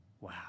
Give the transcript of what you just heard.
Wow